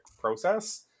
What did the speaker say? process